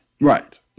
Right